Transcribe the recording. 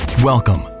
Welcome